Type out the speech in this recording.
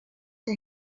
der